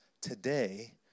today